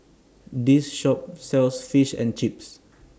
This Shop sells Fish and Chips